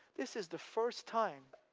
this is the first time